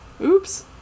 oops